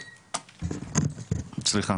סליחה.